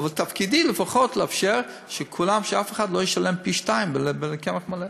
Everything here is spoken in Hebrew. אבל תפקידי לפחות לאפשר שאף אחד לא ישלם פי-שניים על קמח מלא.